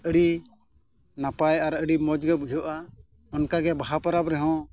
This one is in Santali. ᱟᱹᱰᱤ ᱱᱟᱯᱟᱭ ᱟᱨ ᱟᱹᱰᱤ ᱢᱚᱡᱽ ᱜᱮ ᱵᱩᱡᱷᱟᱹᱜᱼᱟ ᱚᱱᱠᱟ ᱜᱮ ᱵᱟᱦᱟ ᱯᱚᱨᱚᱵᱽ ᱨᱮᱦᱚᱸ